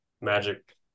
Magic